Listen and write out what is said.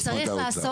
חוץ מאת האוצר.